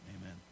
Amen